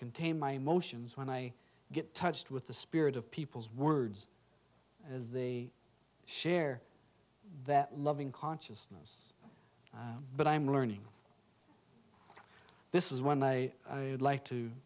contain my emotions when i get touched with the spirit of people's words as they share that loving consciousness but i'm learning this is one i would like to